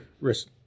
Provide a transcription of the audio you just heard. risk